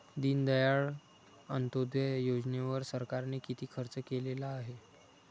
दीनदयाळ अंत्योदय योजनेवर सरकारने किती खर्च केलेला आहे?